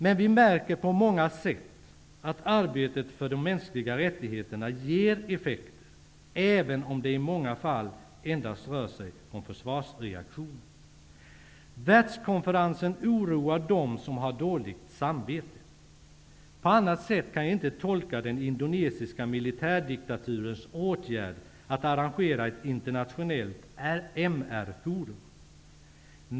Men vi märker på många sätt att arbetet för de mänskliga rättigheterna ger effekter, även om det i många fall endast rör sig om försvarsreaktioner. Världskonferensen oroar dem som har dåligt samvete. På annat sätt kan jag inte tolka den indonesiska militärdiktaturens åtgärd att arrangera ett internationellt MR-forum.